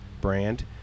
brand